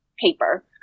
paper